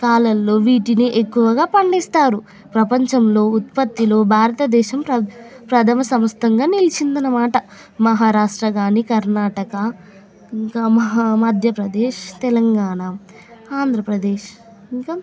కాలంలో వీటిని ఎక్కువగా పండిస్తారు ప్రపంచంలో ఉత్పత్తిలో భారతదేశం ప్రథమ సమస్తంగా నిలిచింది అన్నమాట మహారాష్ట్ర కానీ కర్ణాటక ఇంకా మహా మధ్యప్రదేశ్ తెలంగాణ ఆంధ్రప్రదేశ్ ఇంకా